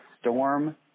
storm